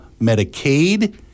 Medicaid